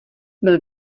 byl